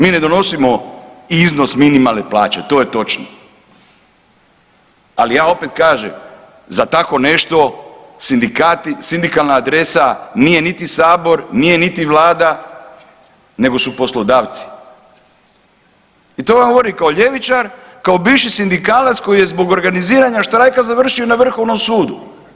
Mi ne donosimo iznos minimalne plaće to je točno, ali ja opet kažem za tako nešto sindikati, sindikalna adresa nije niti sabor, nije niti vlada nego su poslodavci i to vam govorim kao ljevičar, kao bivši sindikalac koji je zbog organiziranja štrajka završio na Vrhovnom sudu.